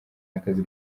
akazi